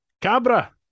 Cabra